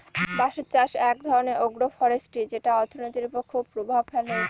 বাঁশের চাষ এক ধরনের এগ্রো ফরেষ্ট্রী যেটা অর্থনীতির ওপর খুব প্রভাব ফেলে